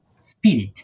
spirit